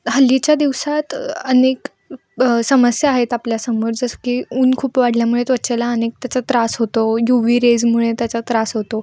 हल्लीच्या दिवसात अनेक समस्या आहेत आपल्यासमोर जसं की ऊन खूप वाढल्यामुळे त्वचेला अनेक त्याचा त्रास होतो यू वी रेजमुळे त्याचा त्रास होतो